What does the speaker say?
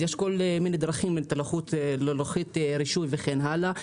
יש כל מיני דרכים כמו לוחית רישוי וכן הלאה.